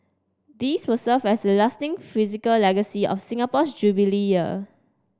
these will serve as a lasting physical legacy of Singapore's Jubilee Year